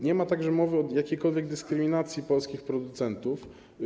Nie ma także mowy o jakiejkolwiek dyskryminacji polskich producentów.